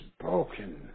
broken